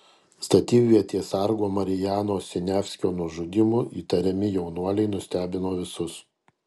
statybvietės sargo marijano siniavskio nužudymu įtariami jaunuoliai nustebino visus